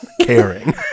caring